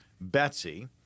Betsy